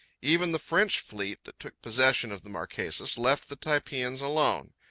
even the french fleet that took possession of the marquesas left the typeans alone.